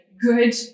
good